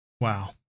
Wow